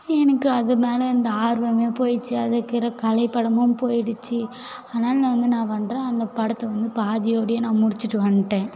எனக்கு அது மேலே இருந்த ஆர்வம் போயிடுச்சு அதுக்கின்ற கலைபடமும் போயிடுச்சு அதனால நான் வந்து என்ன பண்ணுறேன் அந்த படத்தை வந்து பாதியோடைய நான் முடிச்சிட்டு வந்துடேன்